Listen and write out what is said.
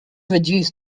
reduced